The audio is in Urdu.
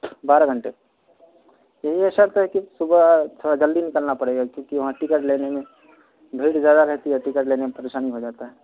بارہ گھنٹے تو یہ سب کر کے صبح تھوڑا جلدی نکلنا پڑے گا کیونکہ وہاں ٹکٹ لینے میں بھیڑ زیادہ رہتی ہے ٹکٹ لینے میں پریشانی ہو جاتا ہے